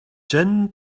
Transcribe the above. gin